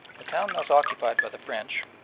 the town thus occupied by the french,